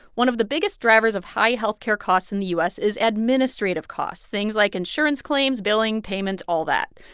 one of the biggest drivers of high health care costs in the u s. is administrative costs things like insurance claims, billing, payments all that.